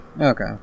okay